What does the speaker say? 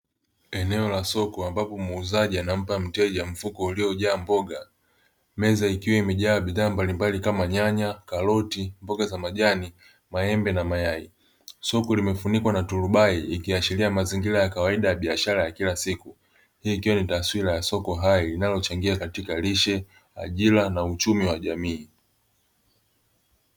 Eneo la soko ambapo muuzaji anampa mteja mfuko uliojaa mboga. Meza ikiwa imejaa bidhaa mbalimbali kama nyanya, karoti, mboga za majani, maembe na mayai. Soko limefunikwa na turubai ikiashiria ni mazingira ya kawaida ya biashara ya kila siku, hii ikiwa ni taswira ya soko hai linalolochangia katika lishe, ajira na uchumi wa jamii.